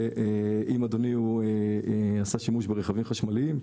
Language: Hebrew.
ואם אדוני עשה שימוש ברכבים חשמליים,